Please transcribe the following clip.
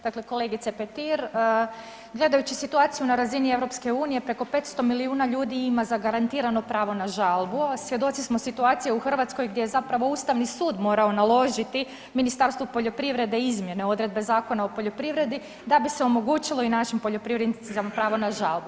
Dakle, kolegice Petir, gledajući situaciju na razini EU-a, preko 500 milijuna ljudi ima zagarantirano pravo na žalbu a svjedoci smo situacije u Hrvatskoj gdje je zapravo Ustavni sud morao naložiti Ministarstvu poljoprivrede izmjene odredbe Zakona o poljoprivredi da bi se omogućilo i našim poljoprivrednicima pravo na žalbu.